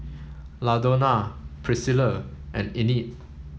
Ladonna Priscilla and Enid